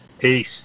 Peace